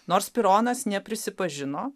nors tironas neprisipažino